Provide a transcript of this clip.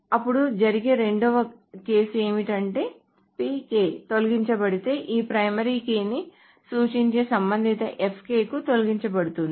అప్పుడు జరిగే రెండవ కేసు ఏమిటంటే pk తొలగించబడితే ఈ ప్రైమరీ కీని సూచించే సంబంధిత fk కూడా తొలగించబడుతుంది